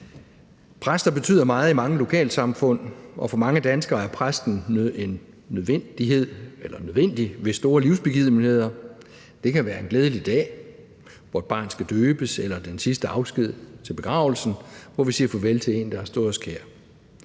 Præster betyder meget i mange lokalsamfund, og for mange danskere er præsten nødvendig ved store livsbegivenheder. Det kan være en glædelig dag, hvor et barn skal døbes, eller den sidste afsked til begravelsen, hvor vi siger farvel til en, der har stået os nær.